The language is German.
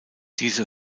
diese